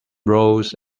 rose